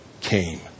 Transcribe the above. came